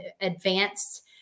advanced